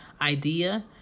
idea